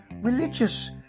religious